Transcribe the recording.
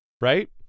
right